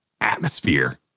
Atmosphere